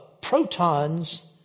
protons